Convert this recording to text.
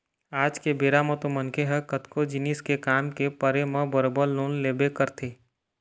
आज के बेरा म तो मनखे ह कतको जिनिस के काम के परे म बरोबर लोन लेबे करथे